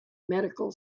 medical